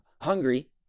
hungry